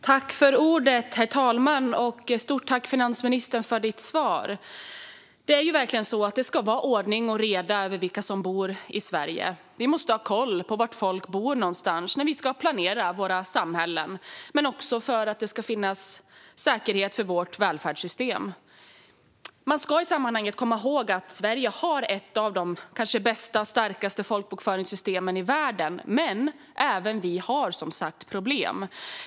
Herr talman! Jag tackar finansministern för svaret. Det ska vara ordning och reda när det gäller vilka som bor i Sverige. Vi måste ha koll på var folk bor när vi ska planera våra samhällen. Det handlar också om säkerhet för vårt välfärdssystem. Man ska i sammanhanget komma ihåg att Sverige har ett av de bästa och starkaste folkbokföringssystemen i världen, men även vi har som sagt problem.